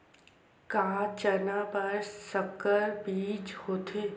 का चना बर संकर बीज होथे?